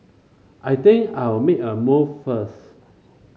I think I'll make a move first